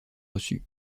reçue